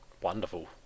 Wonderful